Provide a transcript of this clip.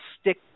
stick